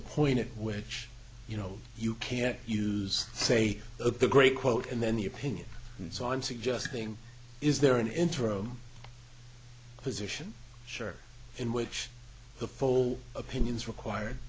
a point at which you know you can't use say of the great quote and then the opinion so i'm suggesting is there an interim position sure in which the full opinion is required